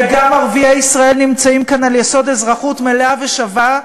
וגם ערביי ישראל נמצאים כאן על יסוד אזרחות מלאה ושווה,